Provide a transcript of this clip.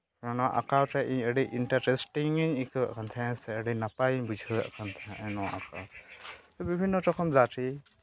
ᱚᱱᱟ ᱟᱸᱠᱟᱣ ᱨᱮ ᱤᱧ ᱟᱹᱰᱤ ᱤᱱᱴᱟᱨᱮᱥᱴᱤᱧ ᱟᱹᱭᱠᱟᱹᱣᱮᱫ ᱠᱟᱱ ᱛᱟᱦᱮᱱᱟ ᱥᱮ ᱟᱹᱰᱤ ᱱᱟᱯᱟᱭᱤᱧ ᱵᱩᱡᱷᱟᱹᱣᱮᱫ ᱠᱟᱱ ᱛᱟᱦᱮᱱᱟ ᱱᱚᱣᱟ ᱟᱸᱠᱟᱣ ᱵᱤᱵᱷᱤᱱᱱᱚ ᱨᱚᱠᱚᱢ ᱫᱟᱨᱮ